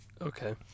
okay